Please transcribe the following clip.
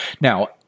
Now